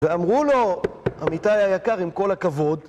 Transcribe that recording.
ואמרו לו, אמיתי היקר עם כל הכבוד